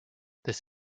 this